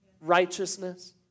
righteousness